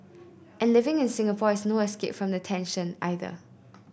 and living in Singapore is no escape from the tension either